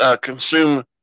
consume